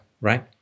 right